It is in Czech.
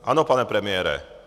Ano, pane premiére.